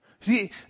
See